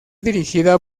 dirigida